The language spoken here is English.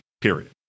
period